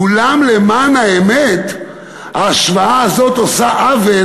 אולם למען האמת ההשוואה הזאת עושה עוול